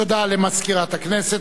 תודה למזכירת הכנסת.